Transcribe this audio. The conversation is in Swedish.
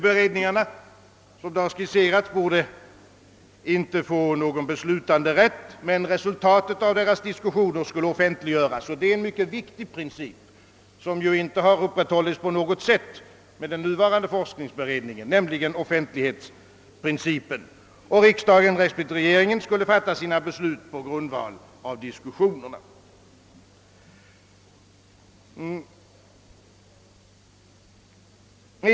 Beredningarna borde, såsom det skisserats, inte ha någon beslutanderätt, men resultaten av deras diskussioner skulle offentliggöras; den mycket viktiga offentlighetsprincipen har inte på något sätt upprätthållits, när det gäller den nuvarande forskningsberedningen. Riksdagen respektive regeringen skulle sedan fatta sina beslut på grundval av diskussionerna i de olika frågorna.